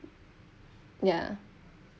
yeah